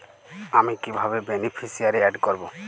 আমি কিভাবে beneficiary add করব?